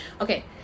okay